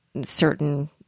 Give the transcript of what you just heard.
certain